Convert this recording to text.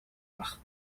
байх